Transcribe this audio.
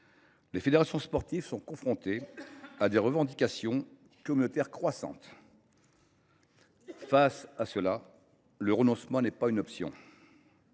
les fédérations sportives sont confrontées à des revendications communautaires croissantes. Face à cela, le renoncement n’est pas une option.